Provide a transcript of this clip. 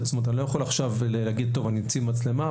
אני לא יכול עכשיו להגיד שאני אציב מצלמה,